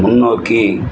முன்னோக்கி